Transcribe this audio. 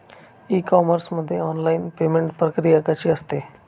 E commerce मध्ये online payment प्रक्रिया कशी असते?